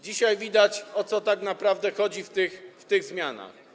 Dzisiaj widać, o co tak naprawdę chodzi w tych zmianach.